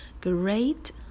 great